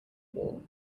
wall